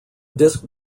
disc